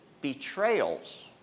betrayals